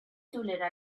tolera